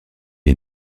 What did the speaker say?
est